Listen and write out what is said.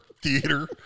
theater